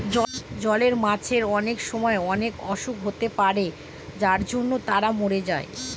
জলে মাছের অনেক সময় অনেক অসুখ হতে পারে যার জন্য তারা মরে যায়